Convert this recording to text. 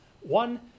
One